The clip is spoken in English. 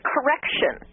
Correction